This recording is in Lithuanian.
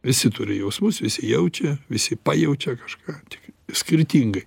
visi turi jausmus visi jaučia visi pajaučia kažką tik skirtingai